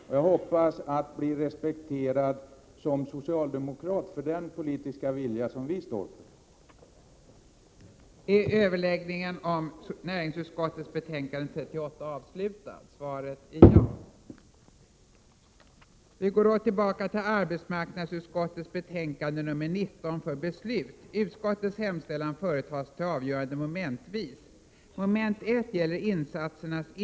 Och jag hoppas att jag som socialdemokrat skall bli respekterad för den politiska vilja som socialdemokraterna står för.